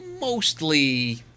mostly